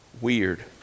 weird